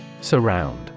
Surround